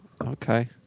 Okay